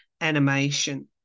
animation